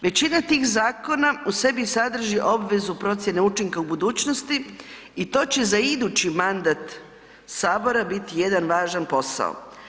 Većina tih zakona u sebi sadrži obvezu procjene učinka u budućnosti i to će za idući mandat Sabora biti jedan važan posao.